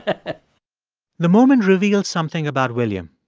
ah the moment reveals something about william.